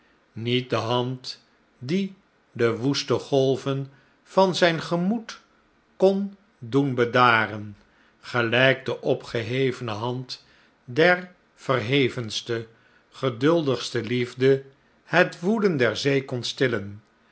niet de hand die de woeste golven van zijn gemoed kon doen bedaren gelijk de opgehevene hand der verhevenste geduldigste liefde het woeden der zee kon stillen